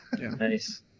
Nice